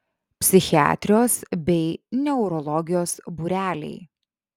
psichiatrijos bei neurologijos būreliai